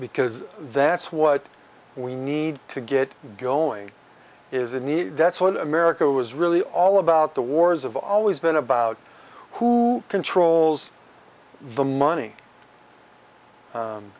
because that's what we need to get going is a need that's what america was really all about the wars have always been about who controls the money